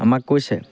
আমাক কৈছে